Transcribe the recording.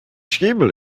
schemel